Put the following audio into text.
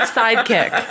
sidekick